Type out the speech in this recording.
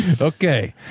Okay